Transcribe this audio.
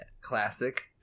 classic